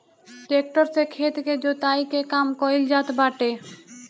tractor से खेत के जोताई के काम कइल जात बाटे